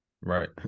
Right